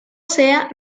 sea